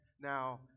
now